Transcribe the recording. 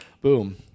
boom